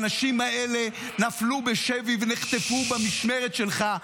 האנשים האלה נפלו בשבי ונחטפו במשמרת שלך.